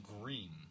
green